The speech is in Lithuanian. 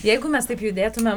jeigu mes taip judėtumėm